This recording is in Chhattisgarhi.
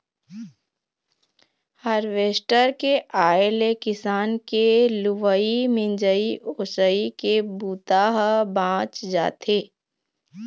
हारवेस्टर के आए ले किसान के लुवई, मिंजई, ओसई के बूता ह बाँच जाथे